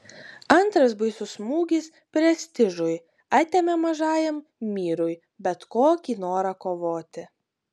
antras baisus smūgis prestižui atėmė mažajam myrui bet kokį norą kovoti